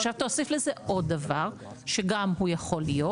עכשיו, תוסיף לזה עוד דבר שגם הוא יכול להיות,